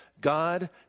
God